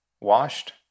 washed